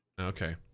Okay